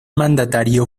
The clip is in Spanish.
mandatario